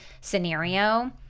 scenario